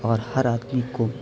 اور ہر آدمی کو